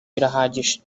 birahagije